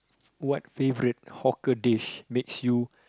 what favorite hawker dish makes you